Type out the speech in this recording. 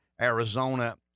Arizona